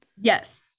yes